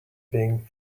being